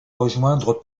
rejoindre